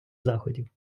заходів